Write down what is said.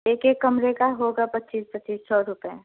एक एक कमरे का होगा पच्चीस पच्चीस सौ रुपये